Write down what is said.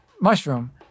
mushroom